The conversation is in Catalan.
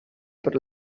per